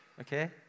Okay